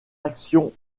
actions